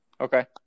Okay